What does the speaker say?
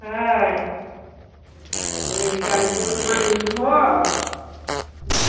তাই চিন্তা করো এইটার ওপর তোমার নির্ভর হুম